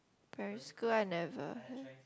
primary school I never